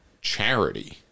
charity